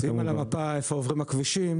שים על המפה איפה עוברים הכבישים,